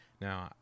now